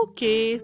Okay